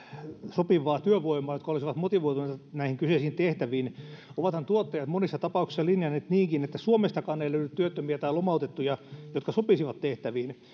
sopivaa työvoimaa joka olisi motivoitunutta näihin kyseisiin tehtäviin ovathan tuottajat monissa tapauksissa linjanneet niinkin että suomestakaan ei löydy työttömiä tai lomautettuja jotka sopisivat tehtäviin